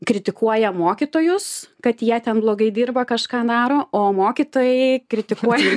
kritikuoja mokytojus kad jie ten blogai dirba kažką daro o mokytojai kritikuoja